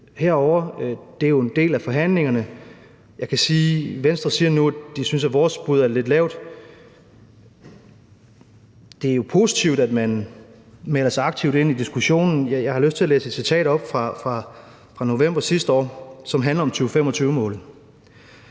det er jo en del af forhandlingerne. Venstre siger nu, at de synes, at vores bud er lidt lavt. Det er jo positivt, at man melder sig aktivt ind i diskussionen. Jeg har lyst til at læse et citat op fra november sidste år, som handler om 2025-målet: